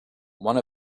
one